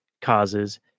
causes